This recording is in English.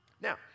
Now